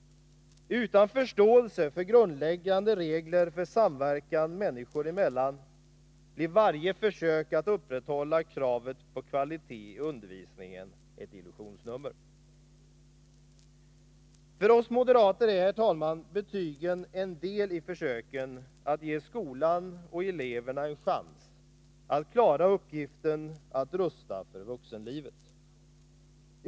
Utan förståelse för grundläggande regler för samverkan människor emellan blir varje försök att upprätthålla kravet på kvalitet i undervisning ett illusionsnummer. För oss moderater är betygen en del i försöken att ge skolan och eleverna en chans att klara uppgiften att rusta för vuxenlivet.